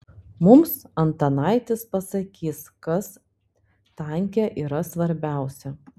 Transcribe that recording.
mums antanaitis pasakys kas tanke yra svarbiausia